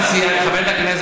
תכבד את הסיעה, תכבד את הכנסת.